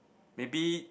maybe